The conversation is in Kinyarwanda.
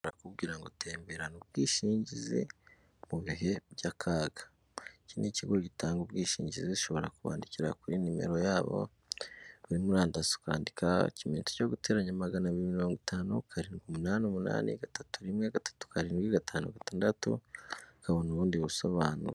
Ushobora gutemberana ubwishingizi mu bihe by'akaga iki ni ikigo gitanga ubwishingizi gishobora kubandikira kuri nimero yabo buri murandasikandika ikimenyetso cyo guteranya magana mirongo itanu karindwi numunani numunani gatatu rimwe gatatu karindwi gatanu gatandatu kabona ubundi busobanuro.